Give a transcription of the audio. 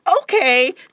Okay